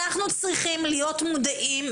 אנחנו צריכים להיות מודעים ,